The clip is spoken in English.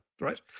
Right